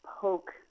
poke